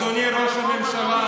אדוני ראש הממשלה,